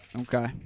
Okay